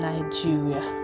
Nigeria